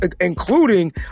including